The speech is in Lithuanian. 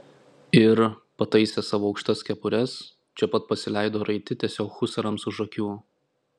ir pataisę savo aukštas kepures čia pat pasileido raiti tiesiog husarams už akių